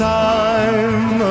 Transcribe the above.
time